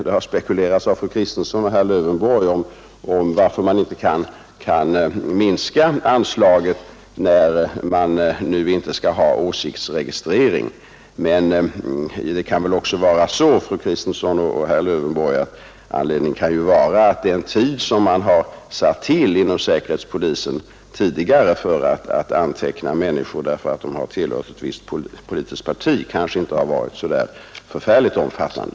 Det har spekulerats av fru Kristensson och herr Lövenborg om varför man inte kan minska anslaget när man nu inte skall ha åsiktsregistrering. Men anledningen kan ju vara, fru Kristensson och herr Lövenborg, att den tid som man inom säkerhetspolisen tidigare har satt till för att anteckna människor därför att de har tillhört ett visst politiskt parti kanske inte har varit så förfärligt omfattande.